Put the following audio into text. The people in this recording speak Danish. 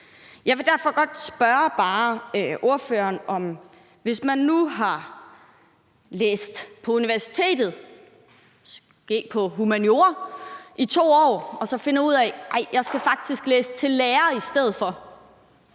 Jeg vil derfor godt bare spørge ordføreren: Hvis man nu har læst på universitetet – måske på humaniora – i 2 år og så finder ud af, at man faktisk vil læse til lærer i stedet for,